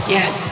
Yes